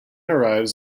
arrives